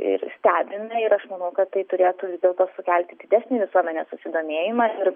ir stebina ir aš manau kad tai turėtų vis dėlto sukelti didesnį visuomenės susidomėjimą ir